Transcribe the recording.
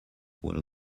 will